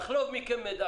אחרת חבל על הזמן.